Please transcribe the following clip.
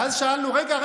ואז שאלנו: רגע,